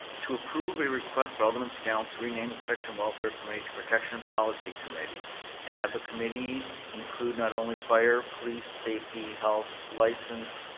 to approve a request by alderman scannell to rename the protection and welfare committee to protection and policy committee and have the committee include not only fire, police, safety, health, license,